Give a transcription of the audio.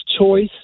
choice